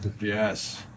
Yes